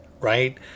right